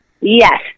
Yes